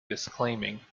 disclaiming